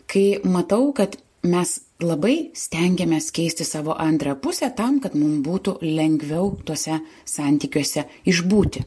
kai matau kad mes labai stengiamės keisti savo antrą pusę tam kad mum būtų lengviau tuose santykiuose išbūti